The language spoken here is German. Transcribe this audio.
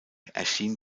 erschien